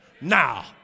now